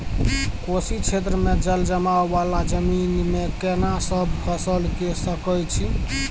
कोशी क्षेत्र मे जलजमाव वाला जमीन मे केना सब फसल के सकय छी?